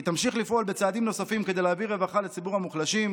היא תמשיך לפעול בצעדים נוספים כדי להביא רווחה לציבור המוחלשים,